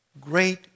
Great